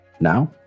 Now